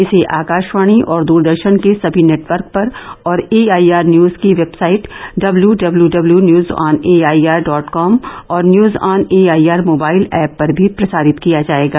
इसे आकाशवाणी और द्रदर्शन के सभी नेटवर्क पर और एआईआर न्यज की website W W W news on AIR dot com और news on AIR mobile app पर भी प्रसारित किया जाएगा